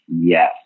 yes